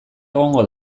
egongo